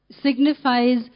signifies